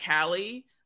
Callie